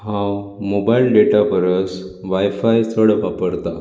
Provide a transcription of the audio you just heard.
हांव mobile data परस wifi चड वापरतां